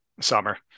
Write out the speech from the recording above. summer